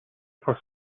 for